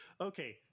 Okay